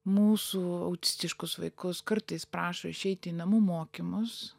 mūsų autistiškus vaikus kartais prašo išeiti į namų mokymus